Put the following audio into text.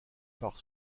par